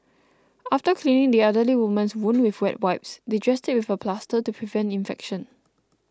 after cleaning the elderly woman's wound with wet wipes they dressed it with a plaster to prevent infection